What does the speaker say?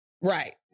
Right